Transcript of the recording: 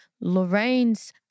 Lorraine's